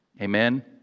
Amen